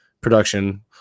production